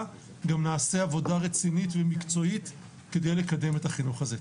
גם נעשה עבודה רצינית ומקצועית כדי לקדם את החינוך הזה.